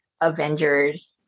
Avengers